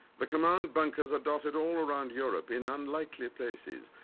the command bunkers are dotted all around europe in unlikely places.